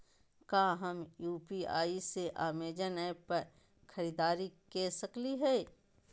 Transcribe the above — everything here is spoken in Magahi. का हम यू.पी.आई से अमेजन ऐप पर खरीदारी के सकली हई?